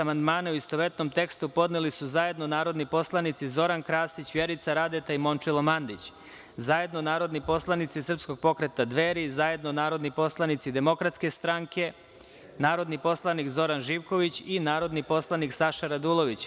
Amandmane, u istovetnom tekstu, podneli su zajedno narodni poslanici Zoran Krasić, Vjerica Radeta i Momčilo Mandić, zajedno narodni poslanici pokreta „Dveri“, zajedno narodni poslanici DS, narodni poslanik Zoran Živković i narodni poslanik Saša Radulović.